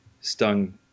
stung